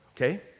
okay